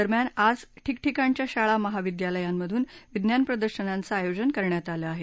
दरम्यान आज ठिकठिकाणच्या शाळा महाविद्यालयांमधून विज्ञान प्रदर्शनांचं आयोजन करण्यात आलं आहे